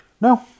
No